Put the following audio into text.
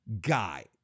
guy